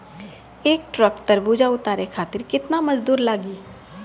एक ट्रक तरबूजा उतारे खातीर कितना मजदुर लागी?